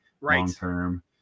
long-term